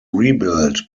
rebuilt